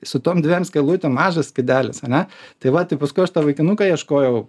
su tom dviem skylutėm mažas skydelis ane tai va tai paskui aš to vaikinuko ieškojau